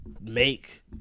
make